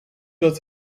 dat